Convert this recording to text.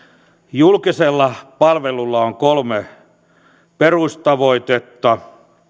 julkisella palvelulla on kolme perustavoitetta